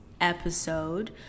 episode